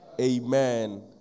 Amen